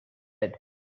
said